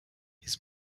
his